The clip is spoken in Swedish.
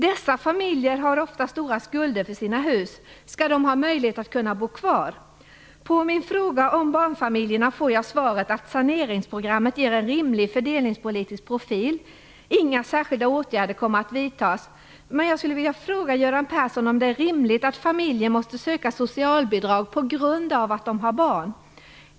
Dessa familjer har ofta stora skulder för sina hus. Skall de ha möjlighet att kunna bo kvar? På min fråga om barnfamiljerna får jag svaret att saneringsprogrammet ger en rimlig fördelningspolitisk profil. Inga särskilda åtgärder kommer att vidtas. Jag skulle vilja fråga Göran Persson om det är rimligt att familjer måste söka socialbidrag på grund av att de har barn.